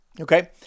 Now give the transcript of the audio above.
okay